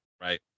Right